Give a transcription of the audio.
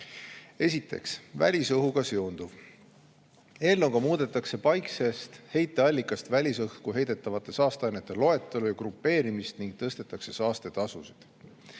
Esiteks, välisõhuga seonduv. Eelnõuga muudetakse paiksest heiteallikast välisõhku heidetavate saasteainete loetelu ja grupeerimist ning tõstetakse saastetasusid.